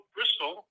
Bristol